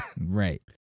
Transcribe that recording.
right